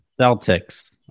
Celtics